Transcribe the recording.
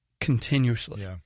continuously